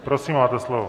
Prosím, máte slovo.